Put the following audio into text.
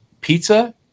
pizza